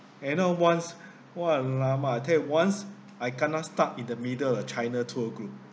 and know once !wah! !alamak! I tell you once I kena stuck in the middle of the china tour group